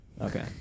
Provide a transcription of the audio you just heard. Okay